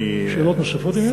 שאלות נוספות, אם יש.